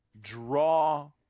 draw